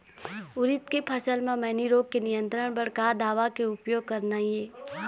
उरीद के फसल म मैनी रोग के नियंत्रण बर का दवा के उपयोग करना ये?